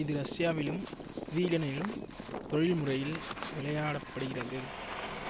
இது ரஷ்யாவிலும் ஸ்வீடனிலும் தொழில்முறையில் விளையாடப்படுகிறது